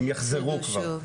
הם יחזרו כבר.